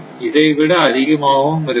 இதை விட அதிகமாகவும் இருக்கலாம்